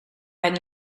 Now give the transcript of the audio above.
had